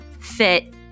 fit